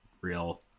real